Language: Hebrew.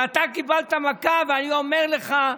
אבל אתה קיבלת מכה, ואני אומר לך,